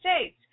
States